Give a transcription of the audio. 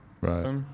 Right